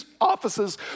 offices